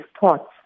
thoughts